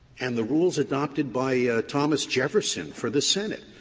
and the rules adopted by thomas jefferson for the senate,